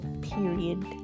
period